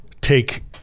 take